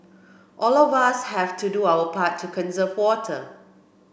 all of us have to do our part to conserve water